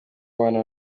w’abana